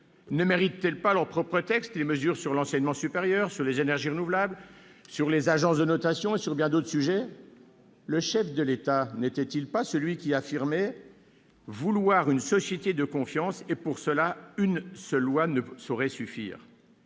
ne méritent-elles pas leur propre texte, qu'il s'agisse de l'enseignement supérieur, des énergies renouvelables, des agences de notation ou de bien d'autres sujets encore ? Le chef de l'État n'était-il pas celui qui affirmait vouloir « une société de confiance », en précisant que, pour cela, une seule loi ne saurait suffire ?